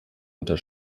unter